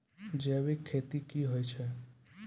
जैविक खेती की होय छै?